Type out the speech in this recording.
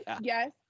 Yes